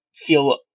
feel